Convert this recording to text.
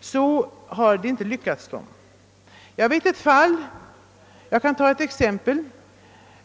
så har detta inte lyckats dem. Jag kan ta ett exempel.